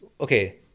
okay